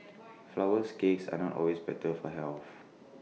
Flourless Cakes are not always better for health